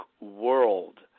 world